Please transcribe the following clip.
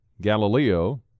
Galileo